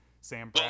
Sam